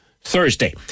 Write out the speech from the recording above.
Thursday